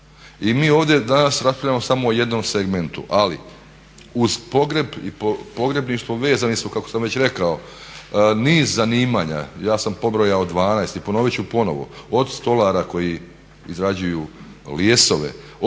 i mi ovdje danas raspravljamo samo o jednom segmentu ali uz pogreb i pogrebništvo vezani su kako sam već rekao niz zanimanja. Ja sam pobrojao 12 i ponoviti ću ponovo od stolara koji izrađuju ljesove,